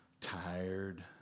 tired